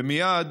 ומייד